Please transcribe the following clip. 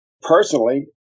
personally